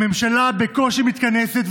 הממשלה בקושי מתכנסת,